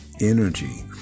energy